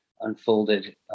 unfolded